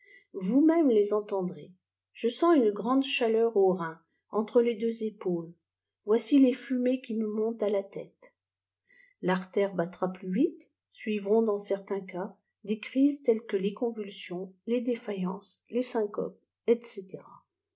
vous-même les entendrez je sens une grande chaleur aux reins entre les deux épaules voici les fumées qui me montent à la tik l'artère battra plus vite suivront dans certains cas des crises telles que les convulsions les défaillances les syncopes etc